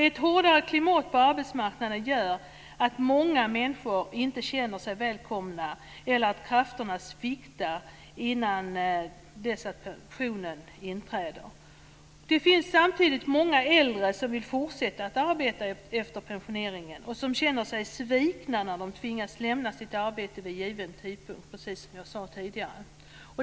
Ett hårdare klimat på arbetsmarknaden gör att många människor inte känner sig välkomna eller att krafterna sviktar innan dess att pensionen inträder. Det finns samtidigt många äldre som vill fortsätta att arbeta efter pensioneringen och som känner sig svikna när de tvingas lämna sitt arbete vid given tidpunkt, precis som jag sade tidigare.